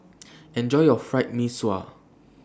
Enjoy your Fried Mee Sua